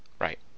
Right